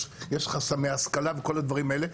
יש חסמי השכלה וכל הדברים האלה.